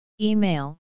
Email